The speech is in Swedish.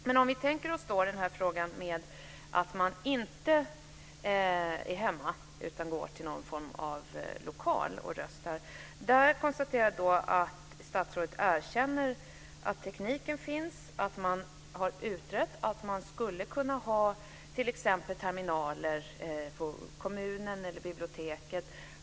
Men när det gäller frågan att man inte är hemma utan går till någon form av lokal och röstar, konstaterar jag att statsrådet erkänner att tekniken finns, att man har utrett att man skulle kunna ha t.ex. terminaler på kommunen eller biblioteket.